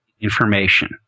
information